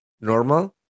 normal